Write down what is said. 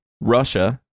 russia